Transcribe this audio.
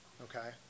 okay